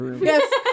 Yes